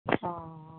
অঁ